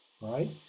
right